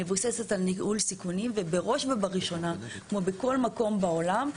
מבוססת על ניהול סיכונים ובראש ובראשונה כמו בכל מקום בעולם,